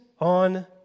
on